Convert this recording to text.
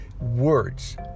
words